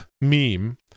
meme